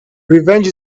revenge